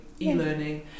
e-learning